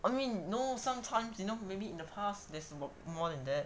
I mean no sometimes you know maybe in the past there's more than that